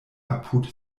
apud